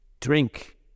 Drink